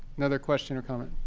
another question or comment?